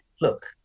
look